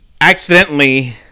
accidentally